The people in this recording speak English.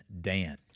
Dan